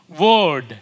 word